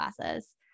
classes